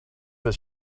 that